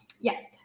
Yes